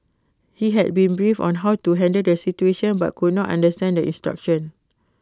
he had been briefed on how to handle the situation but could not understand the instructions